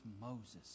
Moses